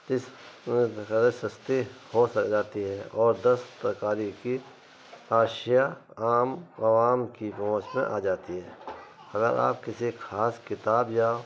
جس سستی ہو سک جاتی ہے اور دس پرکار کی اشیا عام عوام کی پہنچ میں آ جاتی ہے اگر آپ کسی خاص کتاب یا